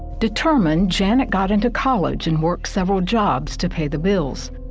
determine janet got into college and work several jobs to pay the bills.